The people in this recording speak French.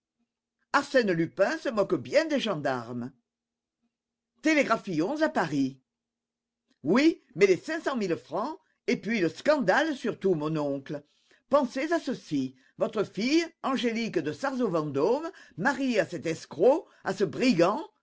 arsène lupin se moque bien des gendarmes télégraphions à paris oui mais les cinq cent mille francs et puis le scandale surtout mon oncle pensez à ceci votre fille angélique de sarzeau vendôme mariée à cet escroc à ce brigand